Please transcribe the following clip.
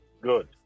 good